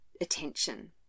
attention